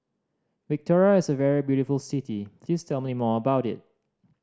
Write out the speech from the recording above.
Victoria is a very beautiful city please tell me more about it